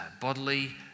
bodily